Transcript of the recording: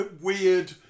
weird